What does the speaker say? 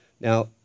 Now